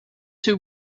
two